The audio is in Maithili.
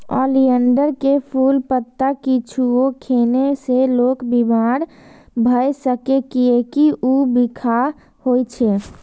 ओलियंडर के फूल, पत्ता किछुओ खेने से लोक बीमार भए सकैए, कियैकि ऊ बिखाह होइ छै